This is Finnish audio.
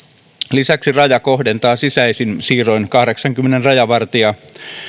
lisäksi raja kohdentaa sisäisin siirroin kahdeksankymmentä rajavartijaa